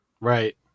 Right